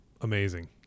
Amazing